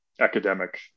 academic